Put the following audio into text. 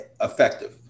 effective